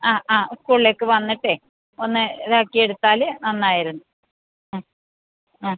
ആ ആ സ്കൂളിലേക്ക് വന്നിട്ട് ഒന്ന് ഇതാക്കി എടുത്താൽ നന്നായിരുന്നു ആ ആ